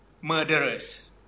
murderers